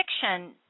fiction